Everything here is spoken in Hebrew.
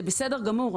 זה בסדר גמור,